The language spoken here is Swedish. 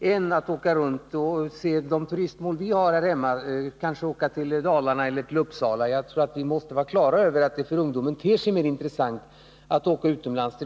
än att åka runt och se de turistmål vi har här hemma — kanske åka till Dalarna eller till Uppsala. Vi måste alltså vara klara över att det för ungdomarna ter sig mer intressant att åka utomlands.